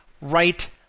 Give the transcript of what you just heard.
right